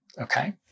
okay